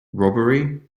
robbery